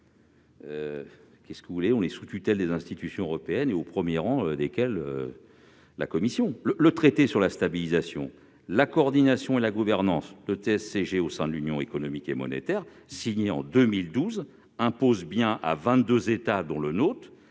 satisfait pas. Nous sommes sous la tutelle des institutions européennes, au premier rang desquelles la Commission ! Le traité sur la stabilité, la coordination et la gouvernance au sein de l'Union économique et monétaire, signé en 2012, impose bien à vingt-deux États, dont le nôtre,